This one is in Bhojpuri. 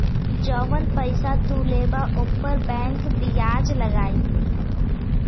जौन पइसा तू लेबा ऊपर बैंक बियाज लगाई